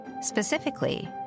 specifically